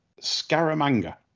Scaramanga